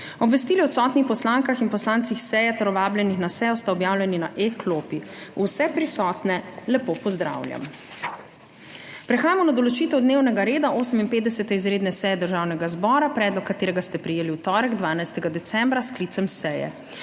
Obvestili o odsotnih poslankah in poslancih seje ter o vabljenih na sejo sta objavljeni na e-klopi. Vse prisotne lepo pozdravljam! Prehajamo na določitev dnevnega reda 58. izredne seje Državnega zbora, predlog katerega ste prejeli v torek 12. decembra s sklicem seje.